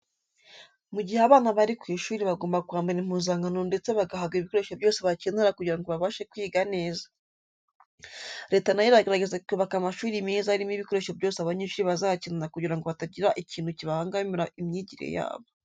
Mu gihe abana bari ku ishuri bagomba kwambara impuzankano ndetse bagahabwa ibikoresho byose bakenera kugira ngo babashe kwiga neza. Leta na yo iragerageza ikubaka amashuri meza arimo ibikoresho byose abanyeshuri bazakenera kugira ngo hatagira ikintu kibangamira imyigire yabo.